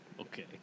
Okay